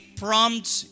prompts